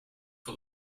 for